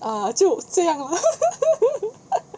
err 就这样 lor